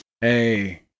Hey